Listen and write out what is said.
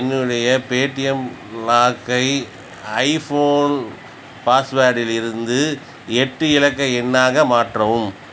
என்னுடைய பேடீஎம் லாக்கை ஐஃபோன் பாஸ்வேர்டிலிருந்து எட்டு இலக்கு எண்ணாக மாற்றவும்